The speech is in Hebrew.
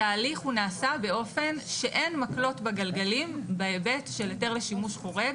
התהליך נעשה באופן שאין מקלות בגלגלים בהיבט של היתר לשימוש חורג,